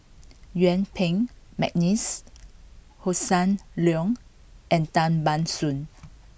Yuen Peng McNeice Hossan Leong and Tan Ban Soon